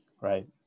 right